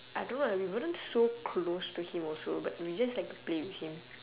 I don't know lah we weren't so close to him also but we just like to play with him